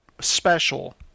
special